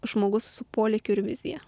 žmogus su polėkiu ir vizija